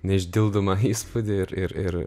neišdildomą įspūdį ir ir ir